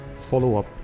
follow-up